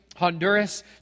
Honduras